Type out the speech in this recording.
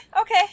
okay